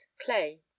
Clay